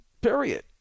Period